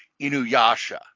Inuyasha